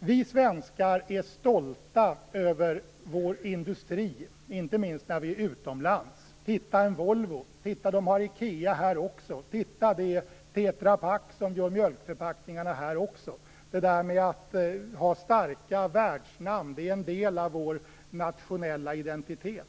Vi svenskar är stolta över vår industri, inte minst när vi är utomlands. Vi säger: Titta, en Volvo! Titta, de har IKEA här! Titta, det är Tetra Pak som gör mjölkförpackningarna här också! Att ha starka världsnamn är en del av vår nationella identitet.